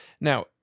Now